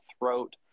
throat